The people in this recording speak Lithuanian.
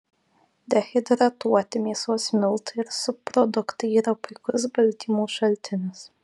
dehidratuoti mėsos miltai ir subproduktai yra puikus baltymų šaltinis